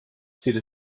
zieht